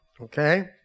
Okay